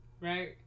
right